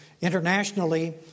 internationally